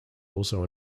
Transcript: also